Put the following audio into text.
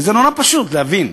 וזה נורא פשוט להבין.